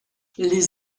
les